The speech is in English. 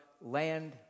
land